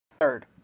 third